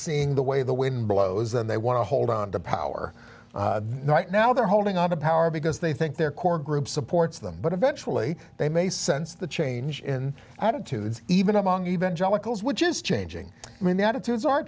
seeing the way the wind blows and they want to hold on to power right now they're holding on to power because they think their core group supports them but eventually they may sense the change in attitudes even among evangelicals which is changing i mean the attitudes are